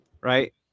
Right